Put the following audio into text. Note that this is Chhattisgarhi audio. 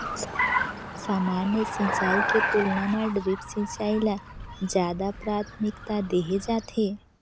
सामान्य सिंचाई के तुलना म ड्रिप सिंचाई ल ज्यादा प्राथमिकता देहे जाथे